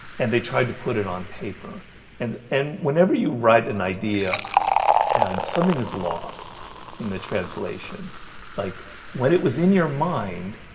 and they tried to put it on paper and and whenever you write an idea down something is lost in the translation like when it was in your mind,